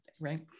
right